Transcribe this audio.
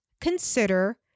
consider